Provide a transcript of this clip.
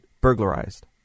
burglarized